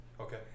Okay